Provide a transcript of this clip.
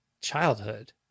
childhood